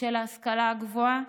של ההשכלה הגבוהה.